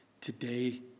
today